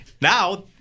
Now